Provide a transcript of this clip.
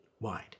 wide